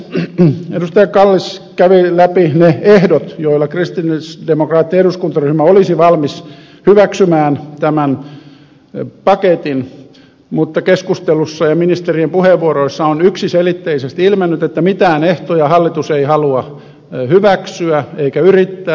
kallis kävi läpi ne ehdot joilla kristillisdemokraattinen eduskuntaryhmä olisi valmis hyväksymään tämän paketin mutta keskustelussa ja ministerien puheenvuoroissa on yksiselitteisesti ilmennyt että mitään ehtoja hallitus ei halua hyväksyä eikä enää yrittää